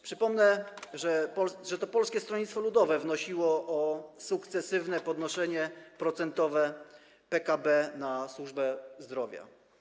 Przypomnę, że to Polskie Stronnictwo Ludowe wnosiło o sukcesywne podnoszenie procentowe PKB na służbę zdrowia.